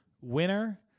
winner